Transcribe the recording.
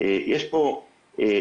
יש כל מיני אנשים והמון מובטלים.